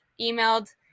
emailed